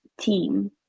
team